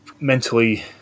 mentally